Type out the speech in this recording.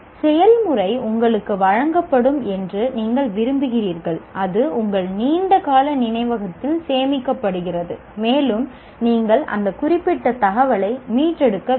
செயல்முறை உங்களுக்கு வழங்கப்பட வேண்டும் என்று நீங்கள் விரும்புகிறீர்கள் அது உங்கள் நீண்ட கால நினைவகத்தில் சேமிக்கப்படுகிறது மேலும் நீங்கள் அந்த குறிப்பிட்ட தகவலை மீட்டெடுக்க வேண்டும்